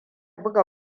buga